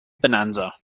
bonanza